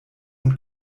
und